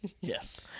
Yes